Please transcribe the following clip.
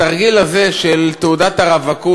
התרגיל הזה של תעודת הרווקות,